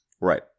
Right